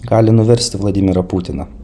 gali nuverst vladimirą putiną